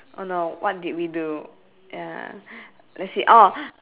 oh no what did we do ya let's see oh